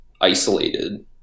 isolated